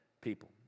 people